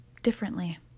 differently